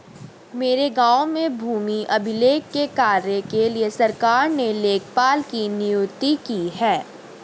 मेरे गांव में भूमि अभिलेख के कार्य के लिए सरकार ने लेखपाल की नियुक्ति की है